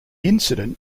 incident